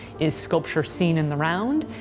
is sculpture seen in the round?